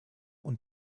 und